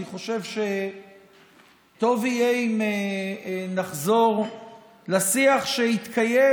אני חושב שטוב יהיה אם נחזור לשיח שהתקיים